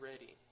ready